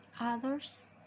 others